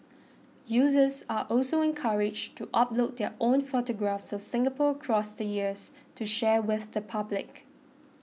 users are also encouraged to upload their own photographs of Singapore across the years to share with the public